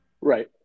Right